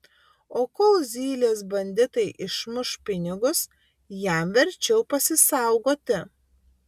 o kol zylės banditai išmuš pinigus jam verčiau pasisaugoti